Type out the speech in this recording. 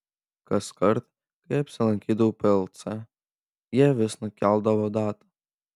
kaskart kai apsilankydavau plc jie vis nukeldavo datą